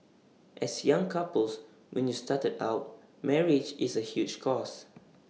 as young couples when you started out marriage is A huge cost